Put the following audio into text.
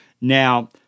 Now